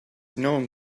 known